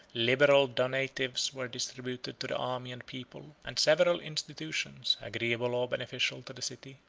liberal donatives were distributed to the army and people, and several institutions, agreeable or beneficial to the city,